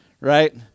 right